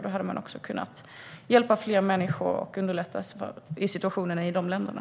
Då hade man också kunnat hjälpa fler människor och förbättra situationerna i de länderna.